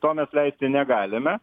to mes leisti negalime